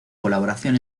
colaboración